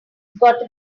gotta